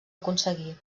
aconseguir